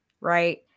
right